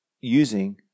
using